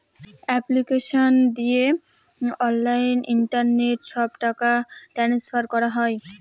application দিয়ে online internet সব টাকা ট্রান্সফার করা হয়